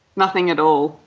nothing at all.